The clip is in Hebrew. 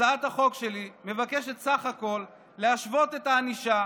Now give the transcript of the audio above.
הצעת החוק שלי מבקשת בסך הכול להשוות את הענישה,